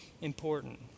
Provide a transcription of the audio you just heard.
important